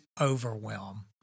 overwhelm